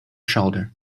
shoulder